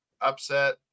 upset